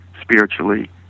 spiritually